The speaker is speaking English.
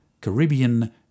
Caribbean